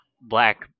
Black